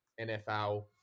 NFL